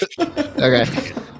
Okay